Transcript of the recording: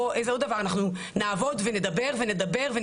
איזה עוד דבר אנחנו נעבוד ונדבר ונטחן